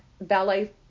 ballet